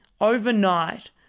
overnight